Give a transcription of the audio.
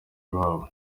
iwabo